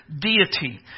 deity